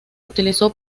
utilizó